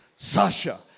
Sasha